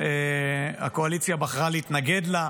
הקואליציה בחרה להתנגד לה.